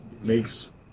makes